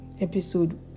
episode